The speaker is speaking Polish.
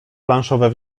planszowe